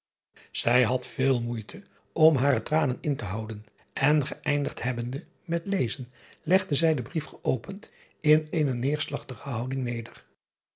ij had veel moeite om hare tranen in te houden en geëindigd hebbende met lezen legde zij den brief geopend in eene neerslagtige houding neder